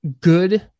good